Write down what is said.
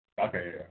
Okay